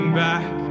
back